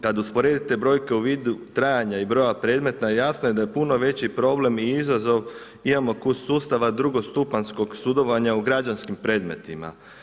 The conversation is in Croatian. Kada usporedite brojke u vidu trajanja i broja predmeta jasno je da puno veći problem i izazov imamo kod sustava drugostupanjskog sudovanja u građanskim predmetima.